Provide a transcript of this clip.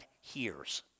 hears